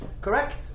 Correct